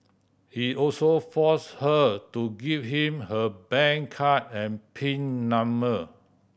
he also forced her to give him her bank card and pin number